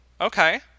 okay